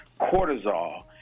cortisol